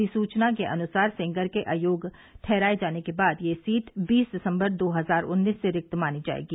अधिसूचना के अनुसार सेंगर के अयोग्य ठहराये जाने के बाद यह सीट बीस दिसम्बर दो हजार उन्नीस से रिक्त मानी जायेगी